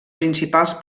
principals